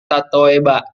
tatoeba